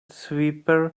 sweeper